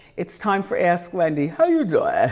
it's time for ask wendy, how you doing?